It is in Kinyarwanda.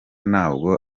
ntabwo